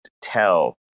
tell